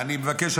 אני מבקש,